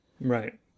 Right